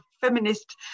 feminist